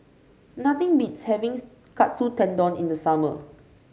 nothing beats having Katsu Tendon in the summer